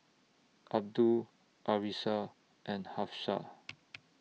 Abdul Arissa and Hafsa